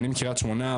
אני מקריית שמונה,